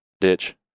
ditch